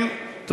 נו, באמת.